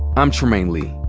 i'm trymaine lee.